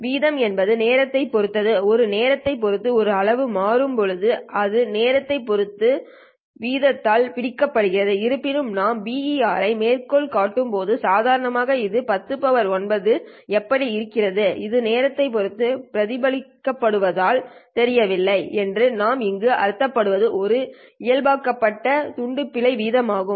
வீதம் என்பது நேரத்தைப் பொறுத்தது ஒரு நேரத்தை பொறுத்த ஒரு அளவு மாறும்போது அது நேரத்தை பொறுத்து வீதத்தால் பிடிக்கப்படுகிறது இருப்பினும் நாம் BER ஐ மேற்கோள் காட்டும்போது சாதாரணமாக இது 10 9 எப்படி இருக்கிறது இது நேரத்தை பொறுத்து பிரதிநிதித்துவப்படுத்தப்படுவதாக தெரியவில்லை என்று நாம் இங்கு அர்த்தப்படுத்துவது ஒரு இயல்பாக்கப்பட்ட துண்டு பிழை வீதம் ஆகும்